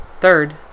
Third